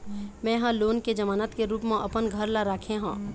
में ह लोन के जमानत के रूप म अपन घर ला राखे हों